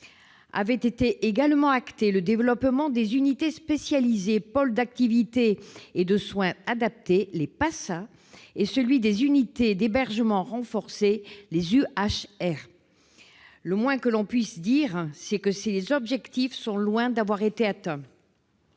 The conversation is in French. Avaient également été actés le développement des unités spécialisées, pôles d'activités et de soins adaptés, les PASA, et celui des unités d'hébergement renforcé, les UHR. Le moins que l'on puisse dire, c'est que ces objectifs sont loin d'avoir été atteints